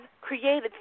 created